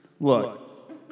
Look